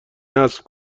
نصب